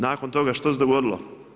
Nakon toga što se dogodilo?